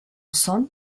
sonne